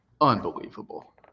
Unbelievable